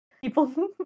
people